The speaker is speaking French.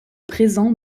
présent